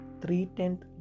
three-tenth